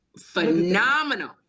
phenomenal